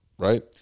Right